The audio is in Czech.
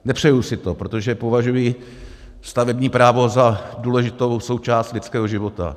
Nepřeji si to, protože považuji stavební právo za důležitou součást lidského života.